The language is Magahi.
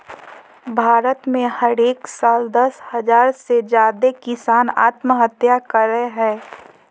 भारत में हरेक साल दस हज़ार से ज्यादे किसान आत्महत्या करय हय